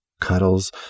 cuddles